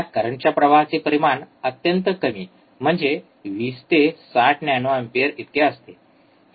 या करंटच्या प्रवाहाचे परिमाण अत्यंत कमी म्हणजे 20 ते 60 नॅनो अँपिअर इतके असते